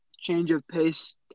change-of-pace